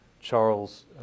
Charles